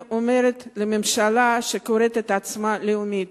אני אומרת לממשלה שקוראת לעצמה לאומית: